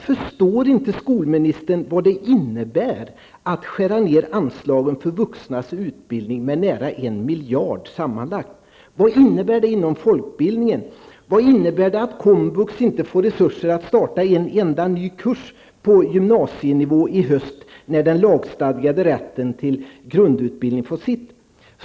Förstår inte skolministern vad det innebär att skära ned anslagen för vuxnas utbildning med nära 1 miljard sammanlagt? Vad innebär det inom folkbildningen? Vad innebär det att komvux inte får resurser för att starta en enda ny kurs på gymnasienivå i höst när den lagstadgade grundutbildningen fått sitt?